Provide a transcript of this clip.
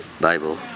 Bible